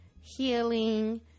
healing